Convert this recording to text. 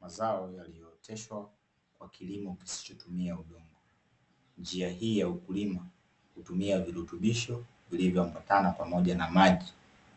Mazao yaliyoteshwa kwa kilimo kisichotumia udongo. Njia hii ya ukulima hutumia virutubisho vilivyoambatana pamoja na maji